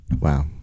Wow